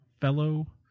fellow